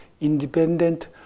independent